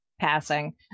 passing